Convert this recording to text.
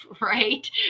Right